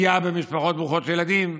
פגיעה במשפחות ברוכות ילדים,